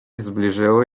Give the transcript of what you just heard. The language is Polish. zbliżyły